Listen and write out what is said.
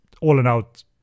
all-in-out